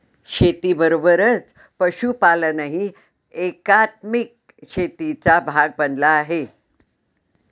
शेतीबरोबरच पशुपालनही एकात्मिक शेतीचा भाग बनला आहे